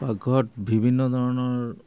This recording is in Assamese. পাকঘৰত বিভিন্ন ধৰণৰ